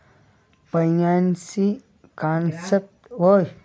finance concept ಅಂದ್ರ ಇಡಿ ದೇಶ್ದಾಗ್ ಎನ್ ರೊಕ್ಕಾದು ವ್ಯವಾರ ಮಾಡದ್ದುಕ್ ಅಂತಾರ್